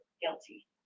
guilty